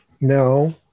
No